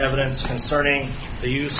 evidence concerning the use